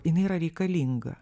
jinai yra reikalinga